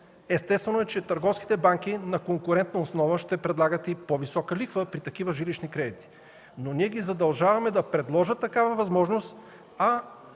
Естествено е, че търговските банки на конкурентна основа ще предлагат и по-висока лихва при такива жилищни кредити, но ние ги задължаваме да предложат такава възможност,